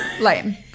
lame